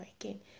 again